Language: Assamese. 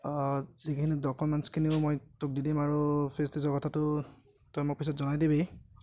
যিখিনি ডকুমেণ্টছখিনিও মই তোক দি দিম আৰু ফিজ তিজৰ কথাটো তই মোক পিছত জনাই দিবি